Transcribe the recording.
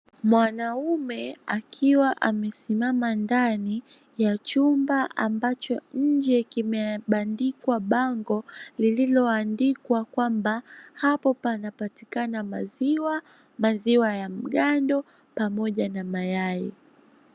Mwanaume akiwa amesimama ndani ya chumba, ambacho nje kimebandikwa bango lililoandikwa kwamba hapo panapatikana maziwa, maziwa ya mgando pamoja na mayai.